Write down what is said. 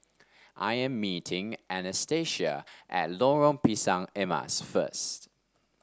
I am meeting Anastacia at Lorong Pisang Emas first